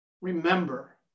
Remember